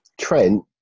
Trent